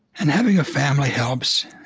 and having a family helps.